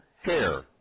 Hair